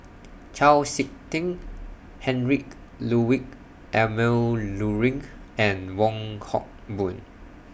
Chau Sik Ting Heinrich Ludwig Emil Luering and Wong Hock Boon